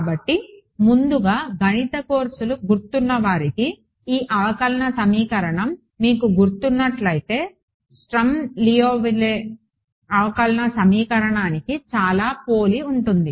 కాబట్టి ముందుగా గణిత కోర్సులు గుర్తు ఉన్నవారికి ఈ అవకలన సమీకరణం మీకు గుర్తున్నట్లయితే స్టర్మ్ లియోవిల్లే అవకలన సమీకరణానికి చాలా పోలి ఉంటుంది